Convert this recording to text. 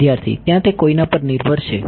વિદ્યાર્થી ત્યાં તે કોઈના પર નિર્ભર છે